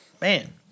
Man